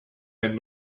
and